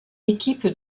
équipe